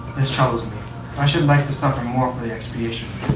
this troubles me i should like to suffer more for the expiration